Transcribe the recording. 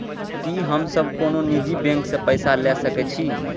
की हम सब कोनो निजी बैंक से पैसा ले सके छी?